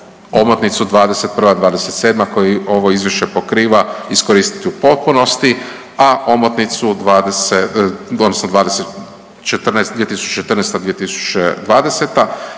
omotnicu '21.-'27. koji ovo Izvješće pokriva iskoristiti u potpunosti, a omotnicu 20, odnosno